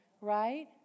right